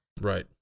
Right